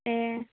ए